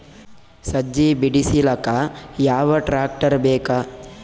ಸಜ್ಜಿ ಬಿಡಿಸಿಲಕ ಯಾವ ಟ್ರಾಕ್ಟರ್ ಬೇಕ?